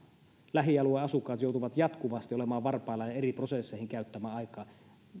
lähialueen asukkaat joutuvat jatkuvasti olemaan varpaillaan ja eri prosesseihin käyttämään aikaa